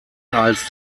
als